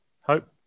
Hope